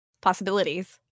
possibilities